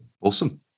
awesome